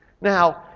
Now